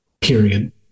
Period